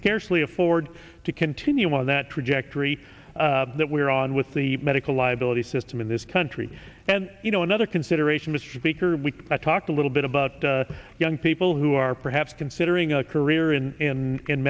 scarcely afford to continue on that trajectory that we're on with the medical liability system in this country and you know another consideration mr speaker we talked a little bit about young people who are perhaps considering a career in in